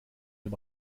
dem